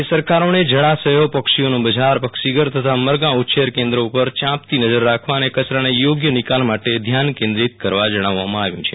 રાજય સરકારોનો જળાશયો પક્ષીઓનું બજાર પક્ષીઘર તથા મરઘા ઉછેર કેન્દો ઉપર ચાંપતી નજર રાખવામાં અને કચરાને યોગ્ય નિકાસ માટે ધ્યાન કન્દ્રોત કરવા જણાવવમાં આવ્યું છ